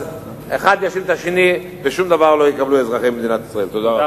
אז אחד יאשים את השני ואזרחי מדינת ישראל לא יקבלו שום דבר.